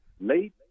Late